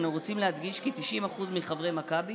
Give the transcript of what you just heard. "אנו רוצים להדגיש כי 90% מחברי מכבי